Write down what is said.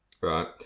right